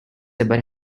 about